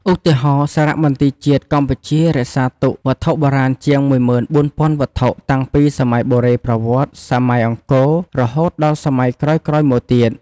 ឧទាហរណ៍ សារមន្ទីរជាតិកម្ពុជា រក្សាទុកវត្ថុបុរាណជាង ១៤,០០០ វត្ថុ តាំងពីសម័យបុរេប្រវត្តិ សម័យអង្គរ រហូតដល់សម័យក្រោយៗមកទៀត។